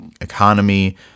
economy